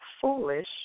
Foolish